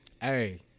hey